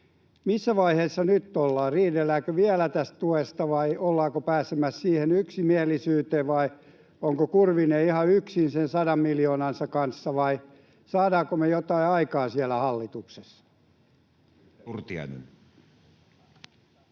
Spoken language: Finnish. missä vaiheessa nyt ollaan, riidelläänkö vielä tästä tuesta vai ollaanko pääsemässä siitä yksimielisyyteen? Onko Kurvinen ihan yksin sen 100 miljoonansa kanssa, vai saadaanko jotain aikaan siellä hallituksessa?